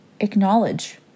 acknowledge